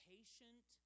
Patient